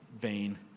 vain